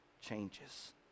changes